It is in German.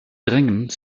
dringend